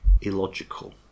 illogical